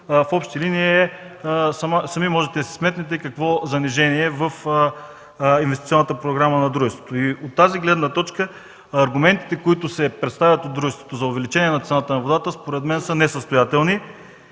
лв., което сами може да сметнете какво занижение е в инвестиционната програма на дружеството. От тази гледна точка аргументите, които се представят от дружеството за увеличение на цената на водата са несъстоятелни.